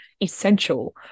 essential